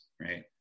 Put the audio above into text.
right